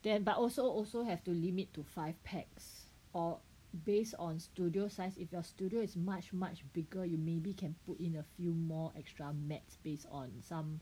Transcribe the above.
then but also also have to limit to five pax or based on studio size if you're studio is much much bigger you maybe can put in a few more extra mats based on some